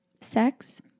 Sex